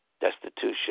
destitution